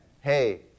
hey